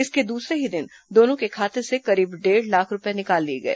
इसके दूसरे ही दिन दोनों के खाते से करीब डेढ़ लाख रूपये निकाल लिए गए